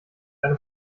eine